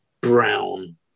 brown